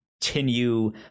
continue